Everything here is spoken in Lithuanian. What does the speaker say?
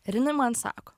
ir jinai man sako